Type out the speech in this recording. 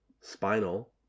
Spinal